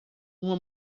uma